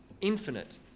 infinite